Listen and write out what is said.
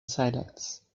silence